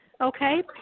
okay